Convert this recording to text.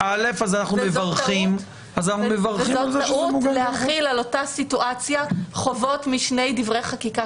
וזאת טעות להחיל על אותה סיטואציה חובות משני דברי חקיקה